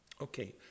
Okay